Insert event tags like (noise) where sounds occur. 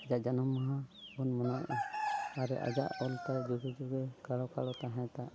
ᱟᱡᱟᱜ ᱡᱟᱱᱟᱢ ᱢᱟᱦᱟ ᱵᱚᱱ ᱢᱟᱱᱟᱣᱮᱜᱼᱟ ᱟᱨ ᱟᱡᱟᱜ ᱚᱞ ᱛᱟᱭ ᱡᱩᱫᱟᱹ ᱡᱩᱫᱟᱹ (unintelligible) ᱛᱟᱦᱮᱸ ᱛᱟᱦᱮᱸᱫ